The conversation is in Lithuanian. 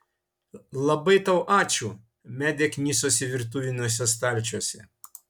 labai tau ačiū medė knisosi virtuviniuose stalčiuose